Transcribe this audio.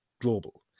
global